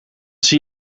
zie